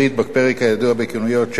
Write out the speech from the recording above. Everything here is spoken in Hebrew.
בפרק הידוע בכינויו "chapter 11",